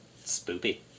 Spoopy